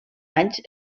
anys